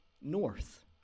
North